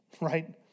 Right